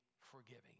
forgiving